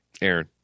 Aaron